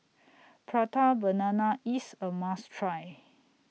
Prata Banana IS A must Try